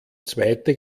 zweite